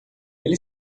ele